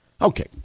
Okay